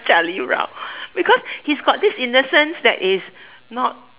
Charlie-Brown because he got this innocence that is not